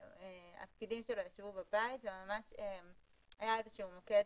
הפקידים שלו ישבו בבית והיה איזשהו מוקד